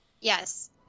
Yes